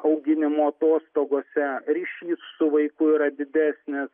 auginimo atostogose ryšys su vaiku yra didesnis